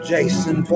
Jason